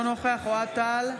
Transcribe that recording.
אינו נוכח אוהד טל,